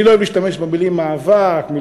אני לא אוהב להשתמש במילים "מאבק", "מלחמה"